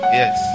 yes